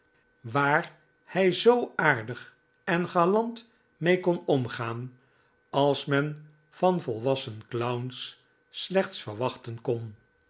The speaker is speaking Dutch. daar hij zoo aardig en gelant mee kon omgaan als men van volwassen clowns slechts verwachten kon